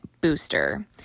booster